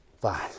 five